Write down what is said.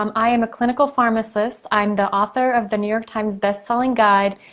um i am a clinical pharmacist. i am the author of the new york times bestselling guide,